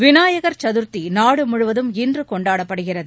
விநாயகர் சதுர்த்தி நாடு முழுவதும் இன்று கொண்டாடப்படுகிறது